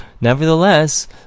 nevertheless